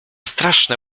straszne